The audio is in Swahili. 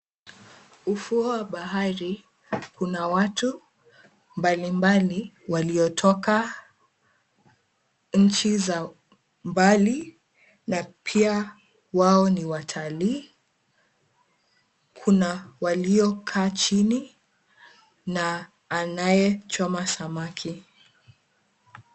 Ufuo wa bahari una watu mbalimbali waliotoka nchi za mbali na pia wao ni watalii. Kuna walio kaa chini na anayechoma samaki.